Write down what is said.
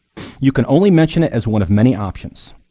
you can only mention it as one of many options.